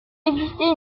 existait